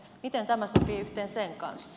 miten tämä sopii yhteen sen kanssa